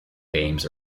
games